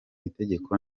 itegeko